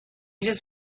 just